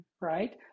right